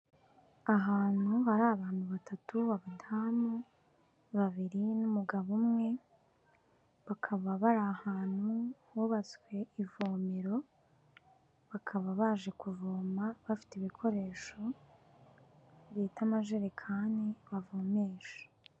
Ahantu hari abantu batatu, abadamu babiri n'umugabo umwe, bakaba bari ahantu hubatswe ivomero, bakaba baje kuvoma bafite ibikoresho bita amajerekani bavomesha.